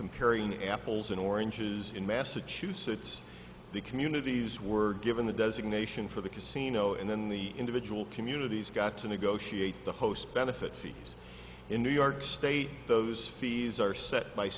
comparing apples and oranges in massachusetts the communities were given the designation for the casino and then the individual communities got to negotiate the host benefit fees in new york state those fees are set